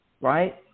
right